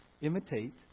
Imitate